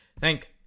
Thank